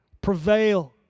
Prevail